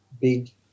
big